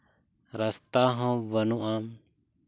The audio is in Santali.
ᱨᱟᱥᱛᱟ ᱦᱚᱸ ᱵᱟᱹᱱᱩᱜᱼᱟ